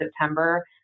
September